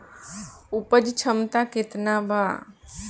उपज क्षमता केतना वा?